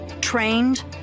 trained